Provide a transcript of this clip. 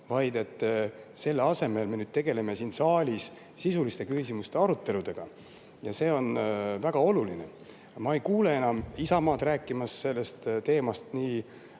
vaid selle asemel me tegeleme nüüd siin saalis sisuliste küsimuste aruteludega, ja see on väga oluline. Ma ei kuule enam Isamaad sellest teemast